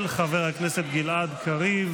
של חבר הכנסת פורר,